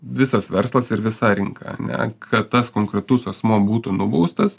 visas verslas ir visa rinka ne kad tas konkretus asmuo būtų nubaustas